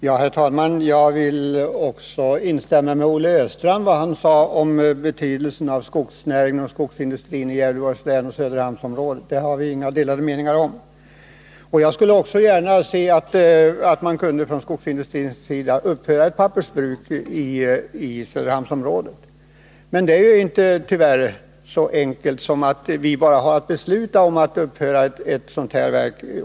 Herr talman! Jag vill instämma i vad Olle Östrand sade om betydelsen av. skogsnäringen och skogsindustrin i Gävleborgs län och Söderhamnsområdet. Där har vi inga delade meningar. Jag skulle också gärna se att skogsindustrin kunde uppföra ett pappersbruk i Söderhamnsområdet. Men det är tyvärr inte så enkelt som att vi bara har att besluta om att det skall uppföras ett sådant här verk.